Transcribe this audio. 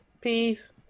Peace